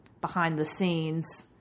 behind-the-scenes